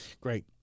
Great